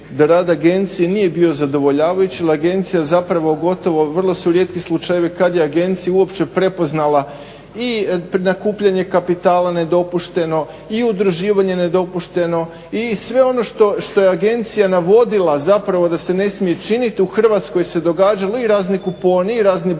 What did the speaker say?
da rad agencije nije bio zadovoljavajući jer agencija zapravo gotovo, vrlo su rijetki slučajevi kad je agencija uopće prepoznala i nakupljanje kapitala nedopušteno i udruživanje nedopušteno i sve ono što je agencija navodila zapravo da se ne smije činiti u Hrvatskoj se događalo. I razni kuponi, i razni bodovi,